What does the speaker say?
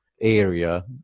area